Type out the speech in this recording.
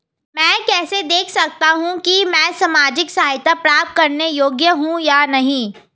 मैं कैसे देख सकता हूं कि मैं सामाजिक सहायता प्राप्त करने योग्य हूं या नहीं?